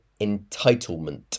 entitlement